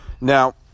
Now